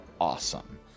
awesome